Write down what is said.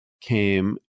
came